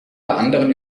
anderen